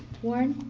warren?